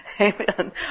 Amen